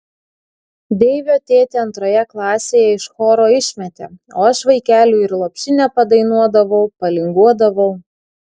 deivio tėtį antroje klasėje iš choro išmetė o aš vaikeliui ir lopšinę padainuodavau palinguodavau